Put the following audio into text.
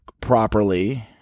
properly